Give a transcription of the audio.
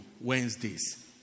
Wednesdays